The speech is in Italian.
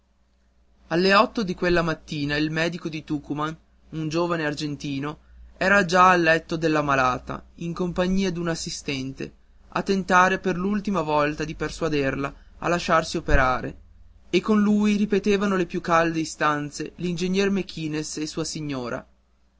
alle otto di quella mattina il medico di tucuman un giovane argentino era già al letto della malata in compagnia d'un assistente a tentare per l'ultima volta di persuaderla a lasciarsi operare e con lui ripetevano le più calde istanze l'ingegnere mequinez e la sua signora